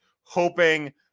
hoping